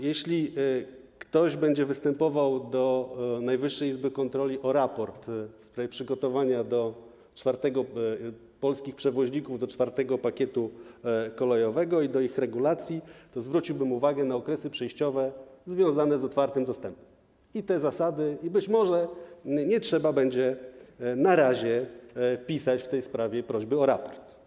Jeśli ktoś będzie występował do Najwyższej Izby Kontroli o raport w sprawie przygotowania polskich przewoźników do IV pakietu kolejowego i do jego regulacji, to zwróciłbym uwagę na okresy przejściowe związane z otwartym dostępem oraz zasady, być może nie będzie trzeba na razie pisać w tej sprawie prośby o raport.